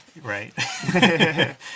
right